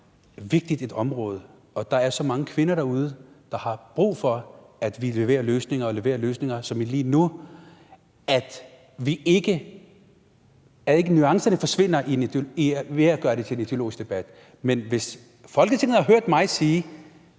vigtigt et område, og der er så mange kvinder derude, der har brug for, at vi leverer løsninger og leverer løsninger lige nu, så nuancerne ikke forsvinder ved at gøre det til en ideologisk debat – det er det, jeg